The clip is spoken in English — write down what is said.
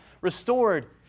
restored